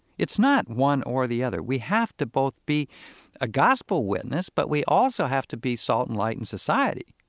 it's not one or the other. we have to both be a gospel witness, but we also have to be salt and light in society.